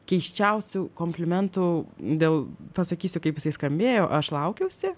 keisčiausių komplimentų dėl pasakysiu kaip jisai skambėjo aš laukiausi